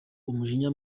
umujinya